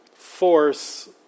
force